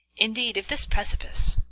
indeed, if this precipice,